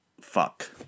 Fuck